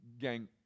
Gang